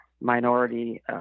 minority